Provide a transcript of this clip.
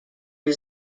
was